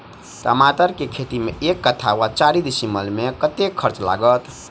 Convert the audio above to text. टमाटर केँ खेती मे एक कट्ठा वा चारि डीसमील मे कतेक खर्च लागत?